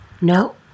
No